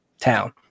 town